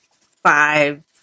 five